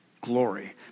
glory